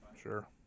sure